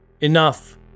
Enough